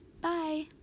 Bye